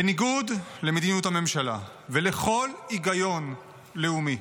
בניגוד למדיניות הממשלה ולכל היגיון לאומי,